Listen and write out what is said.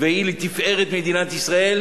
והיא לתפארת מדינת ישראל,